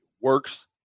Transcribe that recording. works